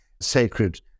sacred